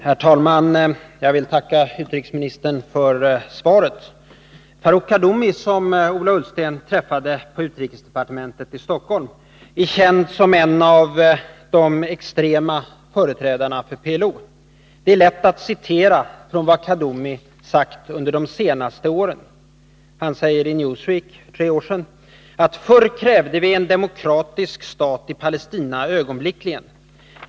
Herr talman! Jag vill tacka utrikesministern för svaret. Farouk Kaddoumi, som Ola Ullsten träffade på utrikesdepartementet i Stockholm, är känd som en av de extrema företrädarna för PLO. Det visar man lätt genom att citera ur vad Kaddoumi sagt de senaste åren. Han uttalade i Newsweek för tre år sedan: ”Förr krävde vi en demokratisk stat i Palestina ögonblickligen.